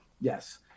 Yes